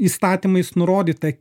įstatymais nurodyta